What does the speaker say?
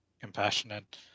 compassionate